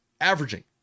averaging